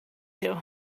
you